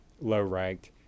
low-ranked